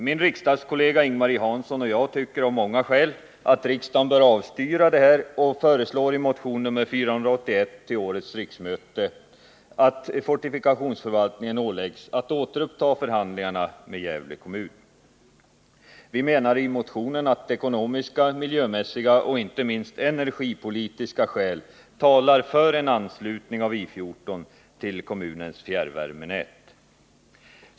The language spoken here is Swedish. Min riksdagskollega Ing-Marie Hansson och jag tycker av många skäl att riksdagen bör avstyra detta och föreslår i motion 481 till årets riksmöte att fortifikationsförvaltningen åläggs att återuppta förhandlingarna med Gävle kommun. Vi menar att ekonomiska, miljömässiga och inte minst energipolitiska skäl talar för en anslutning av I 14 till Gävle kommuns fjärrvärmenät.